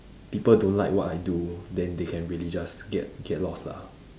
people don't like what I do then they can really just get get lost lah